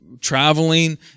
traveling